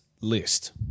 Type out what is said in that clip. List